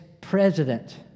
president